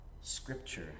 scripture